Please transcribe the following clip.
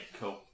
cool